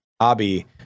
hobby